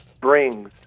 brings